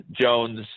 Jones